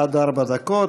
לקבל את הזכויות שלהם,